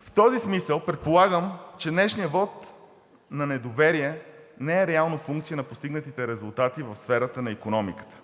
В този смисъл предполагам, че днешният вот на недоверие не е реално функция на постигнатите резултати в сферата на икономиката,